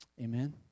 Amen